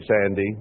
Sandy